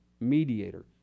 mediator